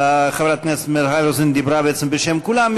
חברת הכנסת מיכל רוזין דיברה בעצם בשם כולם.